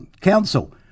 Council